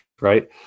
right